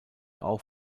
auch